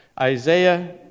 Isaiah